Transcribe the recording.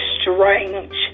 strange